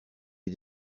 les